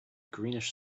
greenish